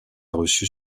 reçu